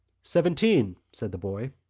seventeen, said the boy.